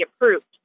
approved